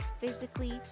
physically